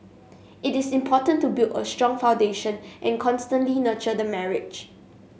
it is important to build a strong foundation and constantly nurture the marriage